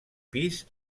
pis